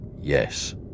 Yes